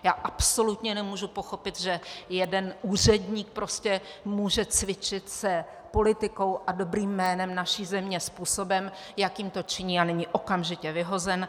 Já absolutně nemůžu pochopit, že jeden úředník prostě může cvičit s politikou a dobrým jménem naší země způsobem, jakým to činí, a není okamžitě vyhozen.